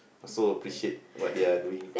so appreciate what they are doing